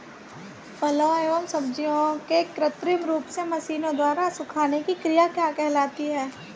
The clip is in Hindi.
फलों एवं सब्जियों के कृत्रिम रूप से मशीनों द्वारा सुखाने की क्रिया क्या कहलाती है?